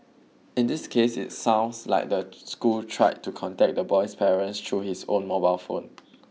in this case it sounds like the school tried to contact the boy's parents through his own mobile phone